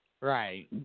right